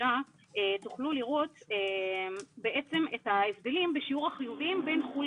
תוכלו לראות את ההבדלים בשיעור החיוביים בין חו"ל